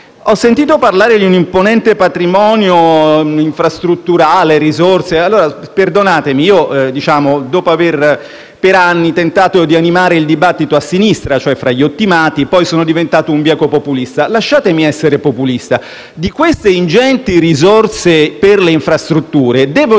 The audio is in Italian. Ho sentito parlare di un imponente patrimonio infrastrutturale e di risorse. Perdonatemi, dopo aver tentato per anni di animare il dibattito a sinistra, cioè fra gli ottimati, poi sono diventato un bieco populista. Lasciatemi essere populista: di queste ingenti risorse per le infrastrutture devo dirvi